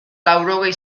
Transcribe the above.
laurogei